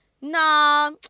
nah